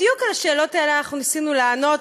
בדיוק על השאלות האלה אנחנו ניסינו לענות,